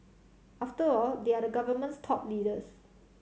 after all they are the government's top leaders